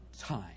Time